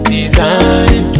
Design